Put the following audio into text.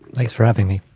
thanks for having me.